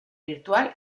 virtual